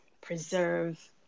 preserve